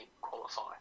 qualify